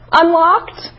unlocked